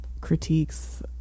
critiques